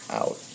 out